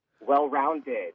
Well-rounded